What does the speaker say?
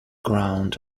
ground